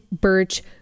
birch